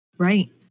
right